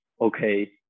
okay